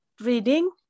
reading